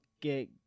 get